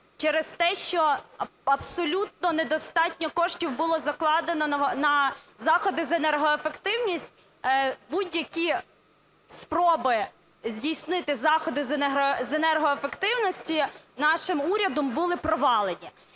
через те, що абсолютно недостатньо коштів було закладено на заходи з енергоефективності, будь-які спроби здійснити заходи з енергоефективності нашим урядом були провалені.